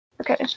Okay